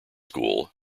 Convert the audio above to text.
school